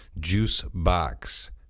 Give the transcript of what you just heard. JUICEBOX